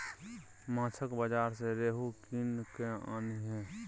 माछक बाजार सँ रोहू कीन कय आनिहे